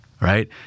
right